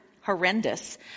horrendous